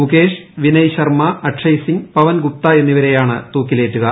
മുകേഷ് വിനയ് ശർമ്മ അക്ഷയ് സിംഗ് പവൻ ഗുപ്ത എന്നിവ്രെയാണ് തൂക്കിലേറ്റുക